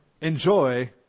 enjoy